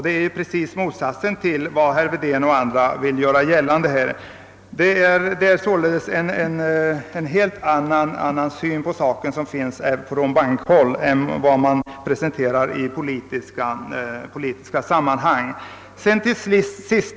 Det är ju precis motsatsen till vad herr Wedén och andra vill göra gällande. Man har alltså på bankhåll en annan syn på den här saken än den som presenteras i politiska sammanhang.